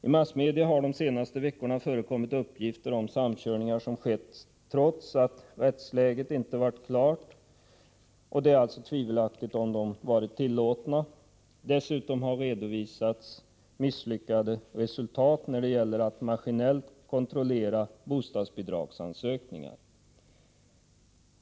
I massmedia har de senaste veckorna förekommit uppgifter om samkörningar som skett trots att rättsläget inte varit klart och det alltså är tvivelaktigt om samkörningarna varit tillåtna. Dessutom har redovisats misslyckade resultat när det gäller att maskinellt kontrollera bostadsbidragsansökningar.